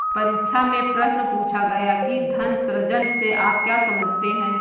परीक्षा में प्रश्न पूछा गया कि धन सृजन से आप क्या समझते हैं?